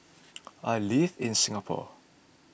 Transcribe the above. I live in Singapore